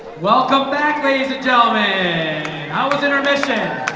welcome back ladies and gentlemen, i was intermission